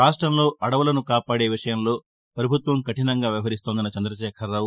రాష్టంలో అదవులను కాపాడే విషయంలో పభుత్వం కఠినంగా వ్యవహరిస్తోందన్న చందకేఖరరావు